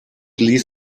ließ